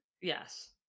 Yes